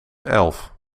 elf